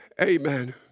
Amen